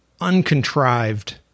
uncontrived